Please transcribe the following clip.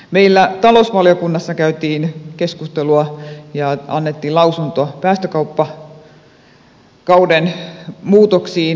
meillä talousvaliokunnassa käytiin keskustelua ja annettiin lausunto päästökauppakauden muutoksista